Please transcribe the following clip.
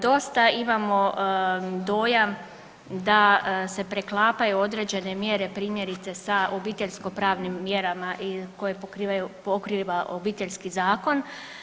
Dosta imamo dojam da se preklapaju određene mjere primjerice sa obiteljsko pravnim mjerama koje pokrivaju, pokriva Obiteljski zakon.